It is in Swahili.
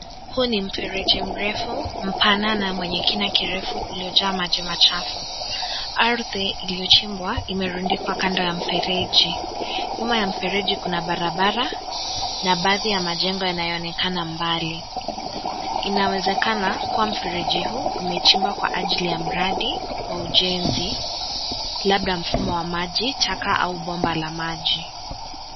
Huu ni mfereji mrefu mpana na mwenye kina kirefu uliojaa maji machafu , ardhi iliyochimbwa imerundika kando ya mfereji, nyuma ya mfereji kuna barabara na baadhi ya majengo yanaonekana mbali, inawezekana kuwa mfereji huu umechimbwa kwa ajili ya mradi wa ujenzi labda mfumo wa maji taka au bomba la maji .